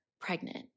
pregnant